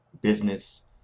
business